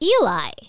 Eli